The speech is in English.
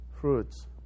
fruits